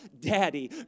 Daddy